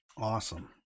Awesome